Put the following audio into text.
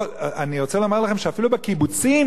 אני רוצה לומר לכם שאפילו בקיבוצים,